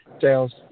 sales